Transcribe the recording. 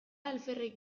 alferrik